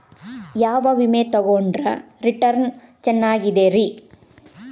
ಯಾವ ವಿಮೆ ತೊಗೊಂಡ್ರ ರಿಟರ್ನ್ ಚೆನ್ನಾಗಿದೆರಿ?